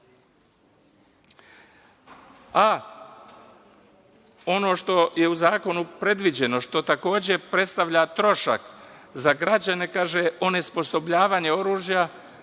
što je u zakonu predviđeno, što takođe predstavlja trošak za građane – onesposobljavanje oružja